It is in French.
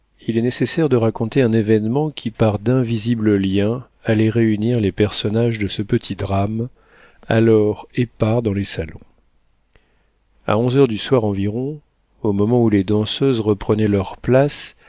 il est nécessaire de raconter un événement qui par d'invisibles liens allait réunir les personnages de ce petit drame alors épars dans les salons a onze heures du soir environ au moment où les danseuses reprenaient leurs places